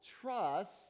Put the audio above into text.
trust